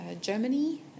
Germany